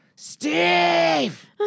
Steve